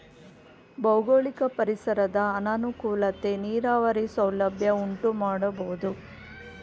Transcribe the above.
ಭೌಗೋಳಿಕ ಪರಿಸರದ ಅನಾನುಕೂಲತೆ ನೀರಾವರಿ ಸೌಲಭ್ಯ ಉಂಟುಮಾಡಬೋದು